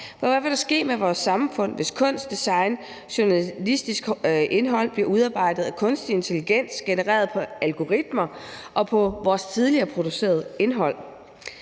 hvad vil der ske med vores samfund, hvis kunst, design og journalistisk indhold bliver udarbejdet af kunstig intelligens genereret på algoritmer og på vores tidligere producerede indhold?